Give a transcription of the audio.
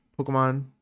Pokemon